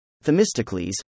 Themistocles